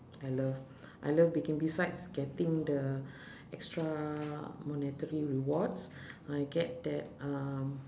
I love I love baking besides getting the extra monetary rewards I get that um